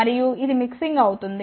మరియు ఇది మిక్సింగ్ అవుతుంది